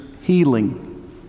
healing